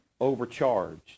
overcharged